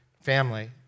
family